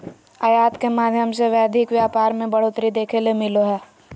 आयात के माध्यम से वैश्विक व्यापार मे बढ़ोतरी देखे ले मिलो हय